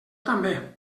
també